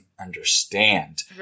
understand